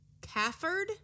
Cafford